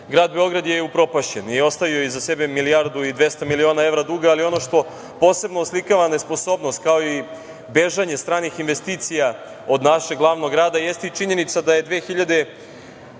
grad Beograd je upropašćen. Ostavio je iza sebe milijardu i 200 miliona evra duga, ali ono što posebno oslikava nesposobnost, kao i bežanje stranih investicija od našeg glavnog grada, jeste i činjenica da je 2012.